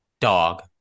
Dog